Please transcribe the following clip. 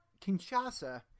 Kinshasa